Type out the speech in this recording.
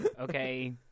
Okay